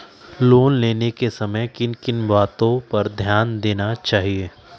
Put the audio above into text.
Loan लेने के समय किन किन वातो पर ध्यान देना चाहिए?